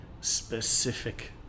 specific